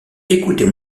écoutez